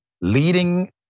leading